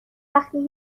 وقتی